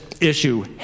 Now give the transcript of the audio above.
issue